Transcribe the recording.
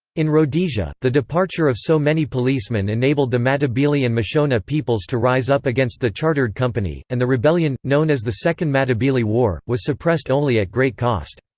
in rhodesia, the departure of so many policemen enabled the matabele and mashona peoples to rise up against the chartered company, and the rebellion, known as the second matabele war, was suppressed only at great cost.